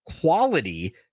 quality